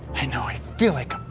i know, i feel like